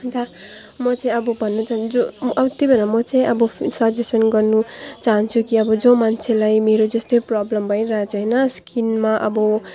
अन्त म चाहिँ अब भन्नु चाहन्छु अँ त्यही भएर म चाहिँ अब सजेसन गर्नु चाहन्छु कि अब जो मान्छेलाई मेरो जस्तै प्रब्लम भइरहेछ होइन स्किनमा अब